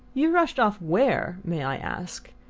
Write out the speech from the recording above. you rushed off where, may i ask?